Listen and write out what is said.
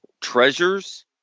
treasures